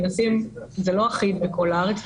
זה לא אחיד בכל הארץ,